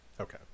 Okay